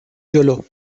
جلو